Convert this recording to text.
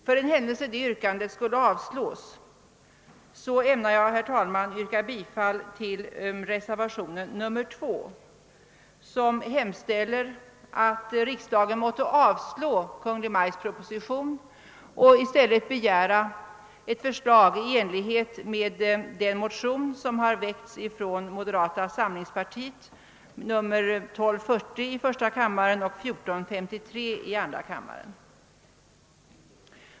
För den händelse detta yrkande skulle avslås ämnar jag, herr talman, yrka bifall till reservationen 2 där det hemställs att riksdagen måtte avslå Kungl. Maj:ts proposition och i stället begära ett förslag i enlighet med motionerna, I: 1240 och II: 1453, från moderata samlingspartiet.